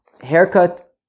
haircut